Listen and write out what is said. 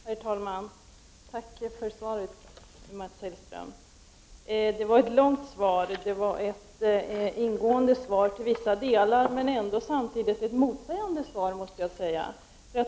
Herr talman! Tack för svaret, Mats Hellström. Jag måste säga att det var långt och ingående till vissa delar men samtidigt var det ett motsägande svar.